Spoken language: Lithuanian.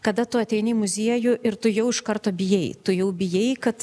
kada tu ateini į muziejų ir tu jau iš karto bijai tu jau bijai kad